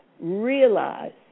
realize